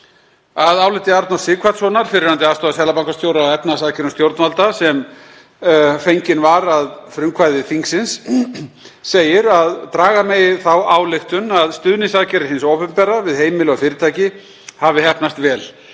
Í áliti Arnórs Sighvatssonar, fyrrverandi aðstoðarseðlabankastjóra, á efnahagsaðgerðum stjórnvalda sem fengið var að frumkvæði þingsins segir að draga megi þá ályktun að stuðningsaðgerðir hins opinbera við heimili og fyrirtæki hafi heppnast vel